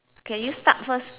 can you start first